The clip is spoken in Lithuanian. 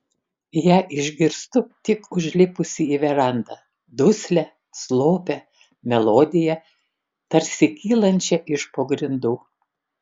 ją išgirstu tik užlipusi į verandą duslią slopią melodiją tarsi kylančią iš po grindų